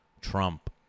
Trump